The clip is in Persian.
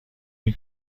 این